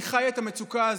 אני חי את המצוקה הזאת,